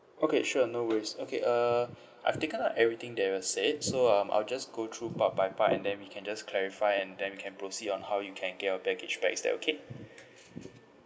okay sure no worries okay uh I've taken down everything that you have said so um I'll just go through part by part and then we can just clarify and then we can proceed on how you can get your baggage back is that okay